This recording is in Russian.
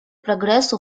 прогрессу